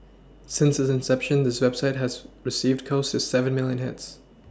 since its inception the website has received close to seven milLion hits